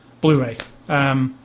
Blu-ray